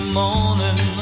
morning